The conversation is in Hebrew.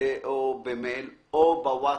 במייל או בווטסאפ,